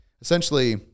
essentially